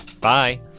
Bye